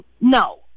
No